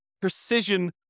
precision